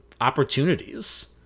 opportunities